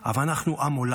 אבל אנחנו עם עולם.